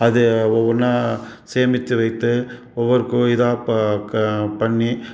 அது ஒவ்வொன்றா சேமித்து வைத்து ஒவ்வொருக்கும் இதாக பா க பண்ணி